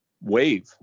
wave